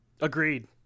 Agreed